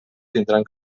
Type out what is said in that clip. tindran